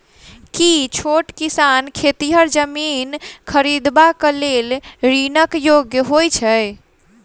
की छोट किसान खेतिहर जमीन खरिदबाक लेल ऋणक योग्य होइ छै?